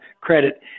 credit